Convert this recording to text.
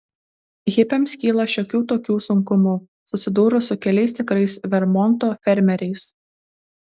hipiams kyla šiokių tokių sunkumų susidūrus su keliais tikrais vermonto fermeriais